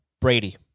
Brady